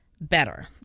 better